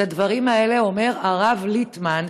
את הדברים האלה אומר הרב ליטמן,